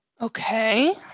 Okay